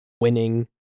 winning